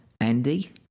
Andy